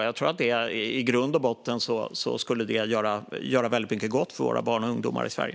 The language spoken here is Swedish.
Jag tror att det i grund och botten skulle göra väldigt mycket gott för våra barn och ungdomar i Sverige.